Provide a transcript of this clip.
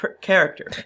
character